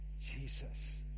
Jesus